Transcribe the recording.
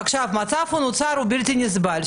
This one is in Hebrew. נוצר מצב בלתי נסבל.